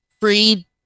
free